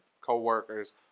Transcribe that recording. co-workers